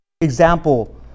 example